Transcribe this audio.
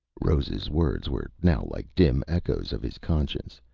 rose's words were now like dim echoes of his conscience,